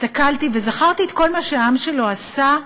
הסתכלתי וזכרתי את כל מה שהעם שלו עשה,